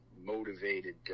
motivated